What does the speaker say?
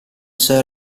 sir